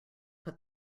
put